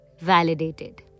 validated